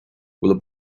bhfuil